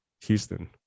Houston